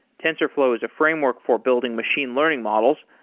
tensorflow is a framework for building machine learning models,